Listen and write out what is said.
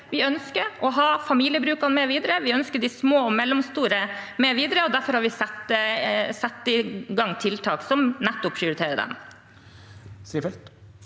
Vi ønsker å ha familiebrukene med videre, vi ønsker de små og mellomstore med videre, og derfor har vi satt i gang tiltak som nettopp prioriterer dem.